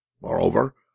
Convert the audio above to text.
Moreover